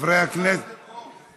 לפחות במקום אחד אתם רוב.